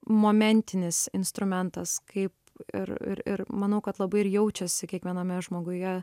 momentinis instrumentas kaip ir ir ir manau kad labai ir jaučiasi kiekviename žmoguje